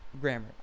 Grammar